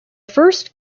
first